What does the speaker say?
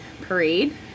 parade